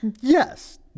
Yes